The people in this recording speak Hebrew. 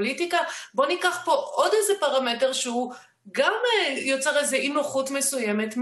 הם צריכים שיהיה להם מעמד מסוים בחוק מול ביטוח לאומי.